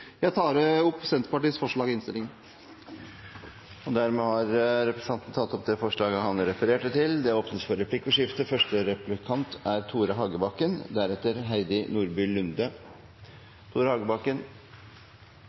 Jeg tar opp Senterpartiets forslag i innstillingen. Representanten Trygve Slagsvold Vedum har dermed tatt opp de forslag han refererte til. Det blir replikkordskifte.